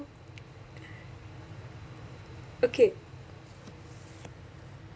okay